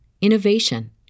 innovation